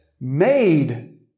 made